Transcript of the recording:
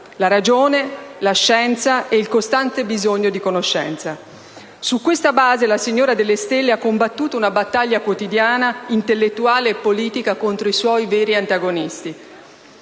la ragione, la scienza e il costante bisogno di conoscenza. Su questa base la signora delle stelle ha combattuto una battaglia quotidiana, intellettuale e politica contro i suoi veri antagonisti: